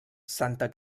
santa